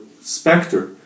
specter